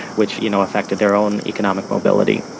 which you know affected their own economic mobility.